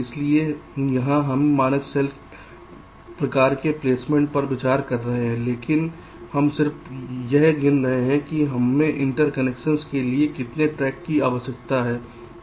इसलिए यहां हम मानक सेल प्रकार के प्लेसमेंट पर विचार कर रहे हैं लेकिन हम सिर्फ यह गिन रहे हैं कि हमें इंटरकनेक्शन के लिए कितने ट्रैक की आवश्यकता है